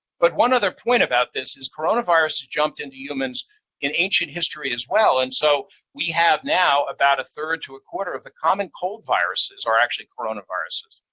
but one other point about this is coronavirus jumped into humans in ancient history as well, and so we have now about a third to a quarter of the common cold viruses are actually coronaviruses.